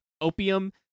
opium